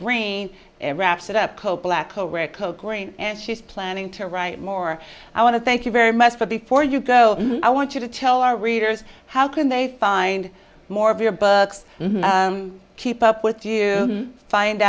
green and she's planning to write more i want to thank you very much but before you go i want you to tell our readers how can they find more of your books and keep up with you find